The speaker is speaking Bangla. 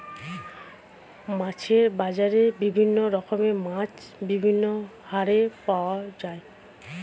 মাছের বাজারে বিভিন্ন রকমের মাছ বিভিন্ন হারে পাওয়া যায়